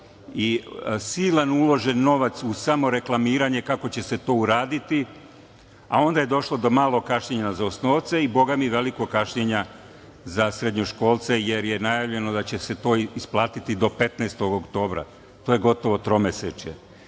i silan uložen novac u samoreklamiranje kako će se to uraditi, a onda je došlo do malog kašnjenja za osnovce i boga mi, velikog kašnjenja za srednjoškolce, jer je najavljeno da će se to isplatiti do 15. oktobra. To je gotovo tromesečje.